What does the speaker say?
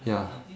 ya